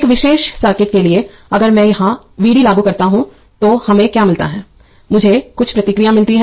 एक विशेष सर्किट के लिए अगर मैं यहां Vd लागू करता हूं तो हमें क्या मिला मुझे कुछ प्रतिक्रिया मिलेगी